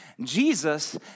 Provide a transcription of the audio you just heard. Jesus